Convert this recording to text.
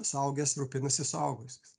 suaugęs rūpinasi suaugusiais